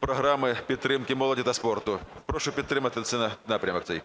програми підтримки молоді та спорту. Прошу підтримати напрямок цей.